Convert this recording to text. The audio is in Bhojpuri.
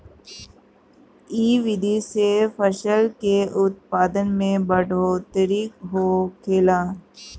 इ विधि से फसल के उत्पादन में बढ़ोतरी होखेला